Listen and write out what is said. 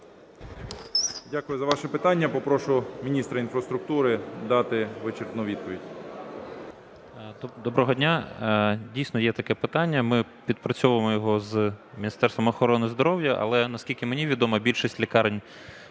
Дякую за ваше питання. Попрошу міністра інфраструктури дати вичерпну відповідь. 10:49:29 КУБРАКОВ О.М. Доброго дня. Дійсно є таке питання. Ми відпрацьовуємо його з Міністерством охорони здоров'я. Але, наскільки мені відомо, більшість лікарень